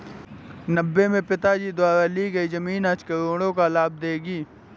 नब्बे में पिताजी द्वारा ली हुई जमीन आज करोड़ों का लाभ देगी